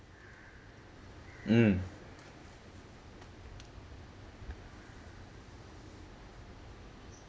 mm